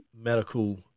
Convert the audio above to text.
Medical